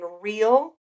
real